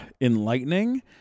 enlightening